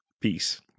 Peace